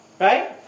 right